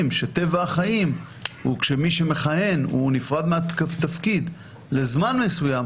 שטבע החיים וכשמי שמכהן נפרד מהתפקיד לזמן מסוים,